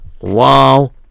wow